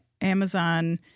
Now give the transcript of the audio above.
Amazon